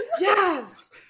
Yes